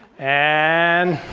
and.